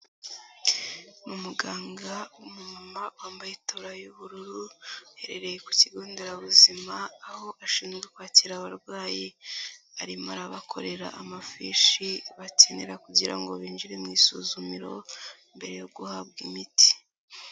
Ni umuganga w'umu mama wambaye itaburiya y'ubururu uherereye ku kigo nderabuzima, aho ashinzwe kwakira abarwayi, arimo arabakorera amafishi bakenera kugira ngo binjire mu isuzumiro mbere yo guhabwa imiti.